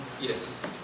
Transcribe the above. yes